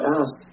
ask